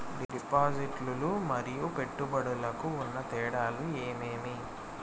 డిపాజిట్లు లు మరియు పెట్టుబడులకు ఉన్న తేడాలు ఏమేమీ?